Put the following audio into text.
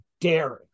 daring